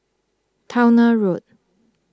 Towner Road